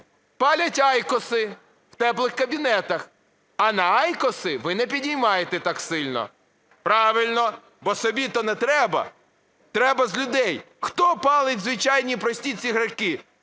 палять айкоси в теплих кабінетах, а на айкоси ви не піднімаєте так сильно. Правильно, бо собі то не треба, треба з людей. Хто палить звичайні, прості цигарки?